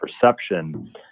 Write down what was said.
perception